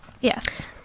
yes